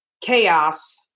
chaos